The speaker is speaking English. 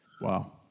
Wow